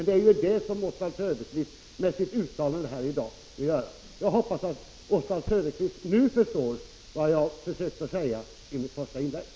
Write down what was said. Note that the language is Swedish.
Det är vad Oswald Söderqvist med sitt uttalande vill att vi skall göra. Jag hoppas att Oswald Söderqvist nu förstår vad jag försökte säga i mitt första inlägg.